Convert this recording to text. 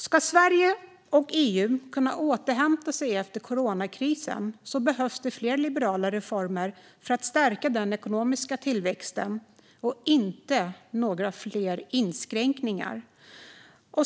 Om Sverige och EU ska kunna återhämta sig efter coronakrisen behövs det fler liberala reformer för att stärka den ekonomiska tillväxten, inte några fler inskränkningar.